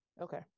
okay